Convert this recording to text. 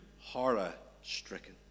horror-stricken